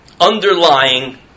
underlying